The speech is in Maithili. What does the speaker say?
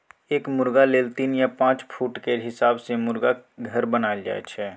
एक मुरगा लेल तीन या पाँच फुट केर हिसाब सँ मुरगाक घर बनाएल जाइ छै